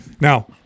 Now